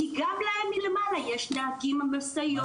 כי גם להם מלמעלה יש נהגים על משאיות,